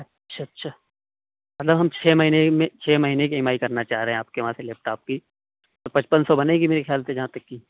اچھا اچھا مطلب ہم چھ مہینے میں چھ مہینے کی ایم آئی کرنا چاہ رہے ہیں آپ کے وہاں سے لیپ ٹاپ کی تو پچپن سو بنے گی میرے خیال سے جہاں تک کہ